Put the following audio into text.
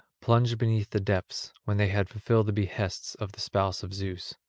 plunged beneath the depths, when they had fulfilled the behests of the spouse of zeus.